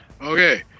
okay